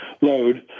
load